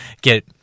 get